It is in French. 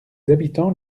habitans